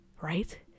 right